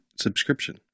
subscription